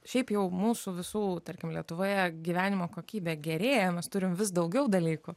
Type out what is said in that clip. šiaip jau mūsų visų tarkim lietuvoje gyvenimo kokybė gerėja mes turime vis daugiau dalykų